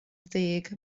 ddeg